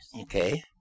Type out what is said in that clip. Okay